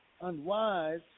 unwise